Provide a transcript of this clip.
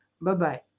Bye-bye